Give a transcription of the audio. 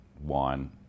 wine